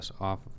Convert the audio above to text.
off